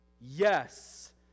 yes